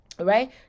right